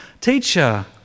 Teacher